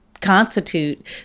constitute